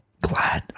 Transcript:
glad